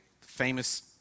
famous